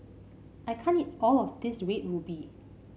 I can't eat all of this Red Ruby